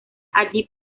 allí